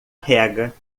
rega